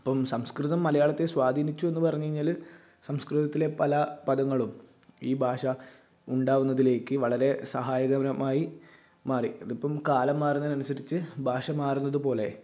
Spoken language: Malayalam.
അപ്പം സംസ്കൃതം മലയാളത്തെ സ്വാധീനിച്ചു എന്ന് പറഞ്ഞു കഴിഞ്ഞാൽ സംസ്കൃതത്തിലെ പല പദങ്ങളും ഈ ഭാഷ ഉണ്ടാവുന്നതിലേക്ക് വളരെ സഹായകകരമായി മാറി ഇതിപ്പം കാലം മാറുന്നതിനനുസരിച്ച് ഭാഷ മാറുന്നത് പോലെ